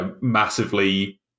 massively